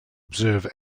observe